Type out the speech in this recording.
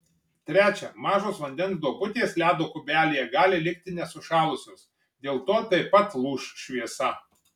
trečia mažos vandens duobutės ledo kubelyje gali likti nesušalusios dėl to taip pat lūš šviesa